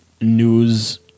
news